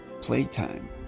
playtime